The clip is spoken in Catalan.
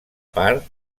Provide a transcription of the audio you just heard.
part